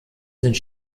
sind